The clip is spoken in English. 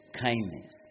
kindness